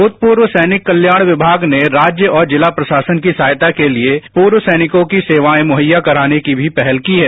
भूतपूर्व सैनिक कल्याण विभाग ने राज्य और जिला प्रशासन की सहायता के लिए पूर्व सैनिकों की सेवाएं मुहैया कराने के लिए भी पहल की है